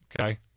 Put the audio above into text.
okay